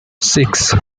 six